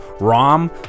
ROM